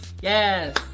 Yes